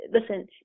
listen